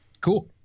Cool